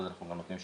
אחזור אלייך בהמשך.